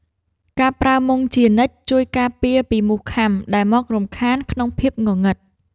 ការប្រើមុងជានិច្ច ជួយការពារពីមូសខាំដែលមករំខានក្នុងភាពងងឹត។